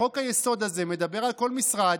חוק-היסוד הזה מדבר על כל משרד.